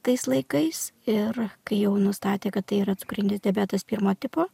tais laikais ir kai jau nustatė kad tai yra cukrinis diabetas pirmo tipo